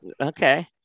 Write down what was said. Okay